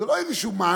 זה לא איזה מענק